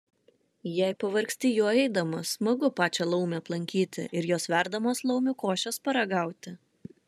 jei pavargsti juo eidamas smagu pačią laumę aplankyti ir jos verdamos laumių košės paragauti